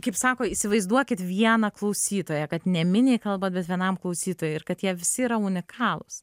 kaip sako įsivaizduokit vieną klausytoją kad ne miniai kalba bet vienam klausytojui ir kad jie visi yra unikalūs